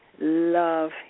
love